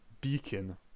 beacon